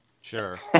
Sure